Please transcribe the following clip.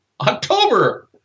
October